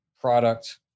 product